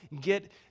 get